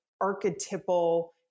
archetypal